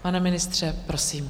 Pane ministře, prosím.